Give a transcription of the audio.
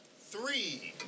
Three